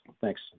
Thanks